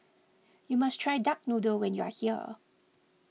you must try Duck Noodle when you are here